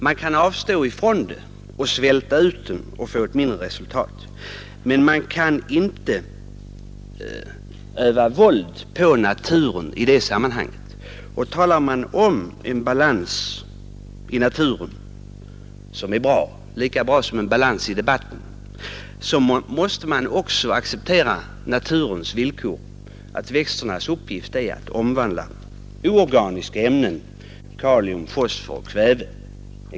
Man kan avstå från det, svälta ut växten och få ett sämre resultat, men man kan inte öva våld på naturen i det sammanhanget. Talar man om en balans i naturen — som är lika bra som en balans i debatten — måste man också acceptera naturens villkor, att växternas uppgift är att omvandla oorganiska ämnen, exempelvis kalium, fosfor och kväve.